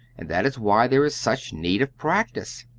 and that is why there is such need of practice.